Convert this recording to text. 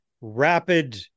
rapid